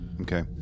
Okay